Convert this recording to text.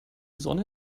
sonne